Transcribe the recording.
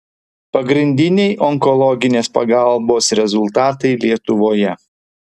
pagrindiniai onkologinės pagalbos rezultatai lietuvoje